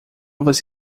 você